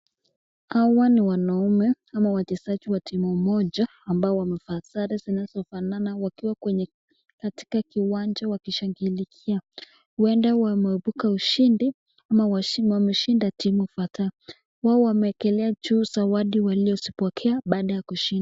Hawa ni wanaume ama wachezaji wa timu moja ambao wamevaa sare zinazofanana wakiwa kwenye katika kiwanja wakishangilia huenda wameibuka ushindi ama wameshinda timu kadha, wao wamewekelea juu zawadi waliopokea baada ya kushinda.